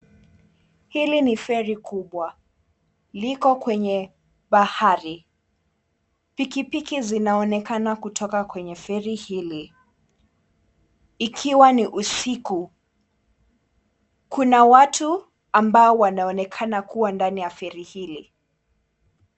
Hili ni feri kubwa liko kwenye bahari pikipiki zinaonekana kutoka kwenye feri hili, ikiwa ni usiku, kuna watu ambao wanaonekana kuna ndani ya feri hili.